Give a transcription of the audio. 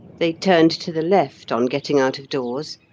they turned to the left, on getting out of doors,